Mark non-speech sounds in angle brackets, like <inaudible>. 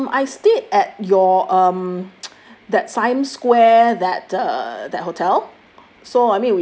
<breath> um I stayed at your um <noise> that time square that uh that hotel